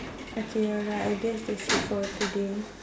okay alright I guess that's it for today